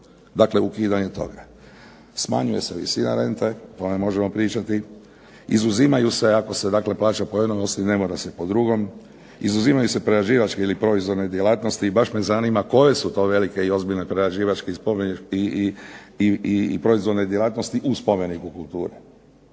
dakle ukidanje toga. Smanjuje se visina rente, o tome možemo pričati. Izuzimaju se, ako se dakle plaća po jednoj osi ne mora se po drugom. Izuzimaju se prerađivačke ili proizvodne djelatnosti i baš me zanima koje su to velike i ozbiljne prerađivačke i proizvodne djelatnosti u spomeniku kulture.